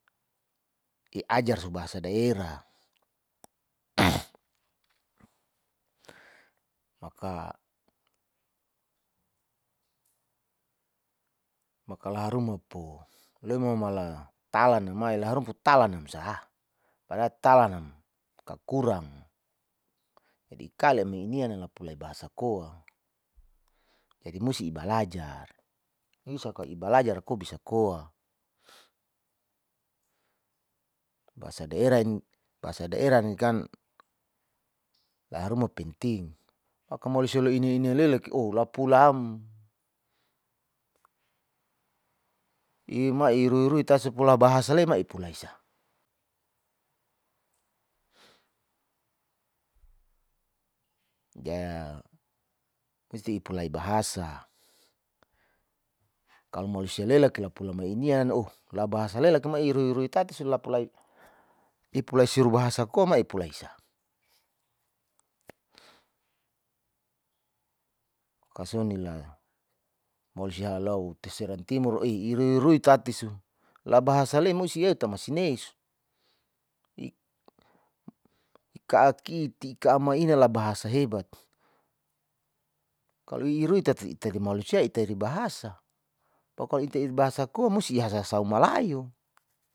Ijar su bahasa daerah maka laha ruma po leoma mala talan'a mai lau talan namsah pada talanam kakurang, jadi ikale mi inian lapulai bahasa koa jadi musi ibalajar, isaka ibalajar ko bisa koa bahasa daerah ini kan laha ruma penting fakamole sialo ini nialela ki oh lapulam imai irui-irui tasi pola bahasa salema ipulai sa, musti ipulia bahasa kalo macia lelaki lapulai inian oh labahasa salela kamai iruirui tati si lapulai ipulai siru bahasa koa ma ipulaisa kasonila mosia halau te seram timur ih irui rui tati su la bahasa le musi eta mase neis ka'akiti kamaina bahasa hebat kalo irui tita itare manusia itare bahasa pokolo itet bahasa koa musi ihasa sau malayu.